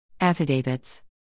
Affidavits